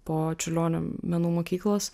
po čiurlionio menų mokyklos